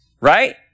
right